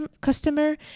customer